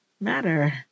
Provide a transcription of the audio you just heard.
matter